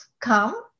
come